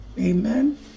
Amen